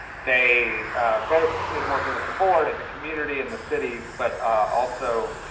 they both in working with the board and the community and the cities, but also